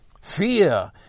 Fear